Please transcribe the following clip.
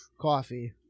Coffee